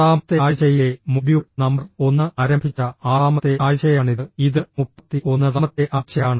ആറാമത്തെ ആഴ്ചയിലെ module number 1 ആരംഭിച്ച ആറാമത്തെ ആഴ്ചയാണിത് ഇത് 31 ാമത്തെ ആഴ്ചയാണ്